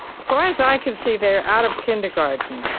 far as i can see, they're out of kindergarten,